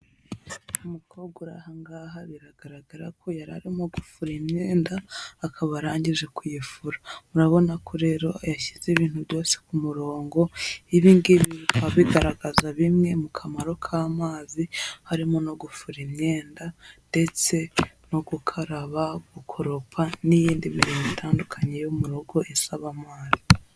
Umukobwa uri aha ngaha biragaragara ko yari arimo gufura imyenda akaba arangije kuyifura. Urarabona ko rero yashyize ibintu byose ku murongo, ibi ngibi bikaba abigaragaza bimwe mu kamaro k'amazi, harimo no gufura imyenda ndetse no gukaraba, gukoropa n'iyindi mirimo itandukanye yo mu rugo isaba amazi.